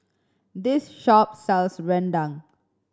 this shop sells rendang